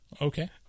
Okay